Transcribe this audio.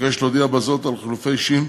אבקש להודיע בזה על חילופי אישים